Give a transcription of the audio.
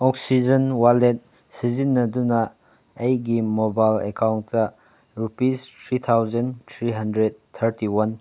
oxygen wallet ꯁꯤꯖꯤꯟꯅꯗꯨꯅ ꯑꯩꯒꯤ mobile account rupees three thousand three hundred thirty one